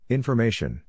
Information